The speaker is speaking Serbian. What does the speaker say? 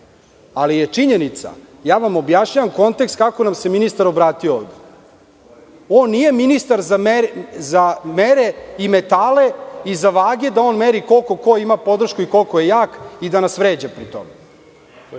ali je činjenica, objašnjavam vam kontekst kako nam se ministar obratio. On nije ministar za mere i metale i za vage, da on meri koliko ko ima podršku i koliko je jak i da nas vređa pri tome